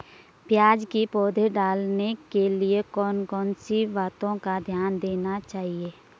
प्याज़ की पौध डालने के लिए कौन कौन सी बातों का ध्यान देना चाहिए?